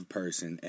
person